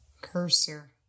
cursor